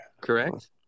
Correct